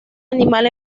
animal